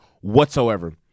whatsoever